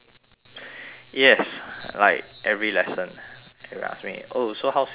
yes like every lesson they will ask me oh so how's your weekend